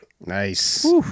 Nice